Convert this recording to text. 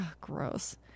Gross